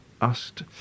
asked